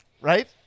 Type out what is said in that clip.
right